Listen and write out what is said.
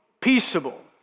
peaceable